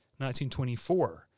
1924